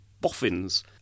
boffins